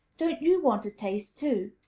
don't you want a taste, too?